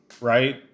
Right